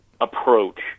approach